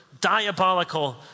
diabolical